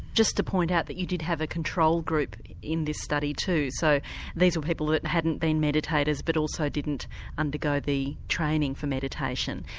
just to point out that you did have a control group in this study too, so these were people that and hadn't been meditators but also didn't undergo the training for meditating.